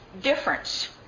difference